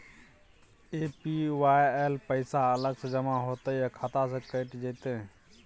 APY ल पैसा अलग स जमा होतै या खाता स कैट जेतै?